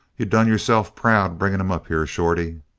you done yourself proud bringing him up here, shorty.